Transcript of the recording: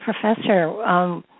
professor